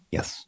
Yes